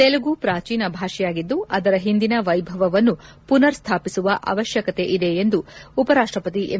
ತೆಲುಗು ಪ್ರಾಚೀನ ಭಾಷೆಯಾಗಿದ್ದು ಆದರ ಹಿಂದಿನ ವೈಭವವನ್ನು ಪುನರ್ ಸ್ವಾಪಿಸುವ ಅವಶ್ಯಕತೆ ಇದೆ ಎಂದು ಉಪರಾಷ್ಟಪತಿ ಎಂ